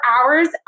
hours